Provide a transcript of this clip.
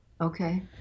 okay